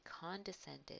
condescended